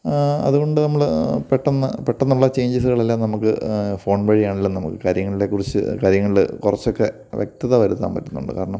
അതുകൊണ്ട് നമ്മൾ പെട്ടന്ന് പെട്ടന്നുള്ള ചെഞ്ചേസ്കൾ എല്ലാം നമുക്ക് ഫോൺ വഴിയാണ് കാര്യങ്ങളെ കുറിച്ച് കാര്യങ്ങളിൽ കുറച്ചൊക്കെ വ്യക്തത വരുത്താൻ പറ്റുന്നുണ്ട് കാരണം